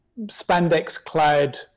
spandex-clad